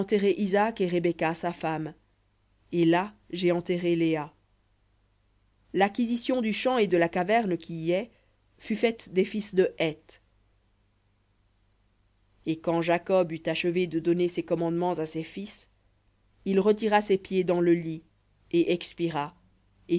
et rebecca sa femme et là j'ai enterré léa lacquisition du champ et de la caverne qui y est des fils de heth et quand jacob eut achevé de donner ses commandements à ses fils il retira ses pieds dans le lit et expira